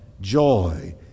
joy